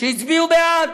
שהצביעו בעד.